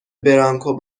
برانکو